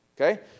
Okay